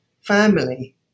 family